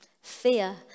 Fear